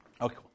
Okay